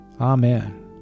Amen